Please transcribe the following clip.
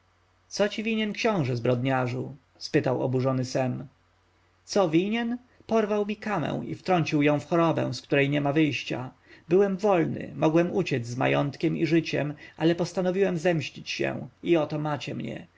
co ci winien książę zbrodniarzu spytał oburzony sem co winien porwał mi kamę i wtrącił ją w chorobę z której niema wyjścia byłem wolny mogłem uciec z majątkiem i życiem ale postanowiłem zemścić się i oto macie mnie